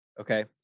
Okay